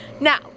Now